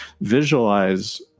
visualize